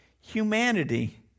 humanity